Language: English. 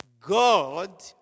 God